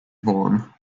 vaughan